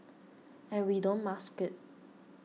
and we don't mask it